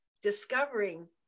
discovering